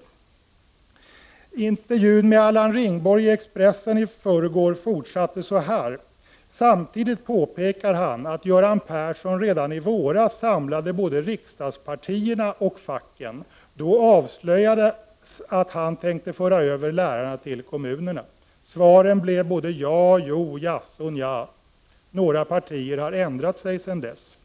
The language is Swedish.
Referatet av intervjun med Erland Ringborg i Expressen i förrgår fortsatte så här: ”Samtidigt påpekar han att Göran Persson redan i våras samlade både riksdagspartierna och facken. Då avslöjades att han tänkte föra över lärarna till kommunerna. Svaren blev både ja, jo, jaså och nja. Några partier har ändrat sig sen dess.”